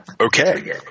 Okay